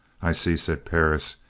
i see, said perris,